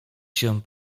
się